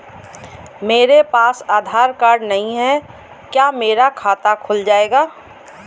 मेरे पास आधार कार्ड नहीं है क्या मेरा खाता खुल जाएगा?